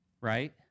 right